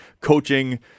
coaching